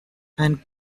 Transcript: and